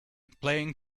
playing